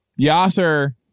yasser